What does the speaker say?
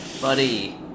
buddy